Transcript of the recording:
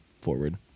forward